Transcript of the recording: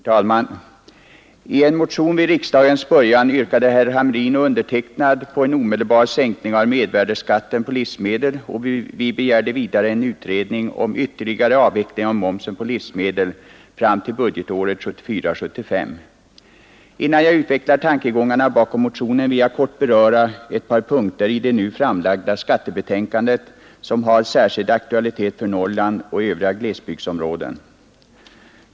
Herr talman! I en motion vid riksdagens början yrkade herr Hamrin och jag på en omedelbar sänkning av mervärdeskatten på livsmedel. Vidare begärde vi en utredning om ytterligare avveckling av momsen på livsmedel fram till budgetåret 1974/75. Innan jag utvecklar tankegångarna bakom motionen vill jag här kort beröra ett par punkter i det nu framlagda skattebetänkandet som har särskild aktualitet för Norrland och övriga glesbygdsområden.